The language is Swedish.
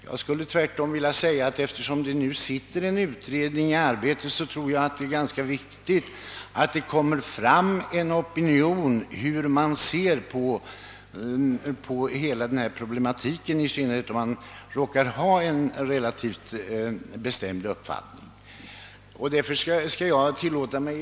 Jag skulle tvärtom vilja säga att det, eftersom det nu sitter en utredning, är viktigt att vi ger uttryck för vår syn på denna problematik, i synnerhet om vi råkar ha en relativt bestämd uppfattning; en opinionsyttring är här värdefull.